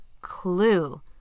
clue